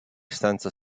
stanza